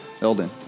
Elden